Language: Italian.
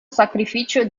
sacrificio